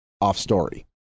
off-story